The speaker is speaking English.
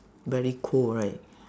very cold right